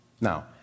Now